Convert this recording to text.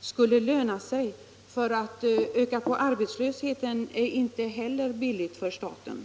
skulle löna sig — att öka på arbetslösheten är inte heller Nr 73